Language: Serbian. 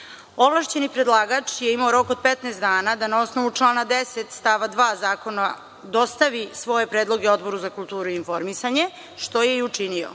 Srbije. Ovlašćeni predlagač je imao rok od 15 dana da na osnovu člana 10. stav 2. zakona dostavi svoje predloge Odboru za kulturu i informisanje, što je i učinio.